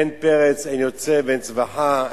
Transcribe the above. ואין פרץ, אין יוצא ואין צווחה.